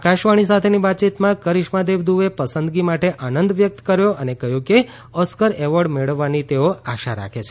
આકાશવાણી સાથેની વાતચીતમાં કરિશ્માદેવ દુબેએ પસંદગી માટે આનંદ વ્યક્ત કર્યો અને કહ્યું કે ઓસ્કાર એવોર્ડ મેળવવાની તેઓ આશા રાખે છે